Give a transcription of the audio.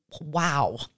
wow